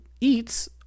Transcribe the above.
eats